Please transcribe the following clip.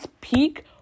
peak